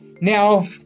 Now